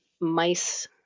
mice